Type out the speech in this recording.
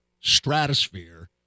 stratosphere